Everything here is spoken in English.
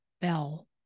bell